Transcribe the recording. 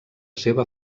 seva